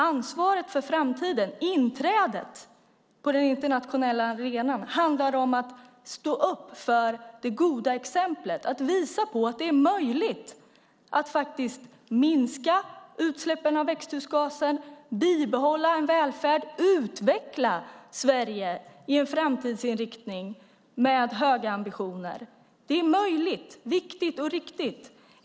Ansvaret för framtiden och inträdet på den internationella arenan handlar om att stå upp för det goda exemplet och visa att det är möjligt att minska utsläppen av växthusgaser, bibehålla en välfärd och utveckla Sverige i en framtidsinriktning med höga ambitioner. Det är möjligt, viktigt och riktigt.